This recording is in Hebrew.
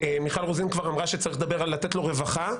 מיכל רוזין כבר אמרה שצריך לדבר על לתת לו רווחה.